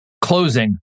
Closing